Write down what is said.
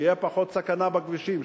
שתהיה פחות סכנה בכבישים,